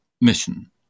mission